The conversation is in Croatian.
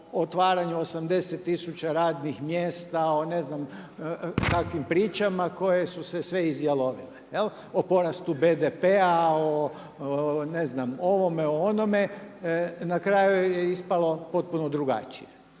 otvaranju 80000 radnih mjesta, o ne znam kakvim pričama koje su se sve izjalovile jel' o porastu BDP-a, o ne znam ovome, onome. Na kraju je ispalo potpuno drukčije.